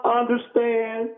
understand